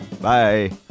Bye